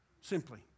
Simply